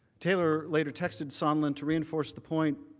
taylor letter texted sondland to reinforce the point